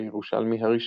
הירושלמי הראשון,